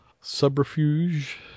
subterfuge